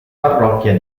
parrocchia